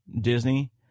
Disney